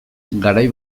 garai